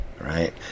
right